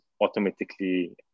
automatically